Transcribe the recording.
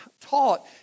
taught